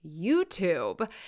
YouTube